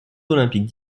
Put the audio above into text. olympiques